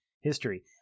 history